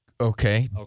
Okay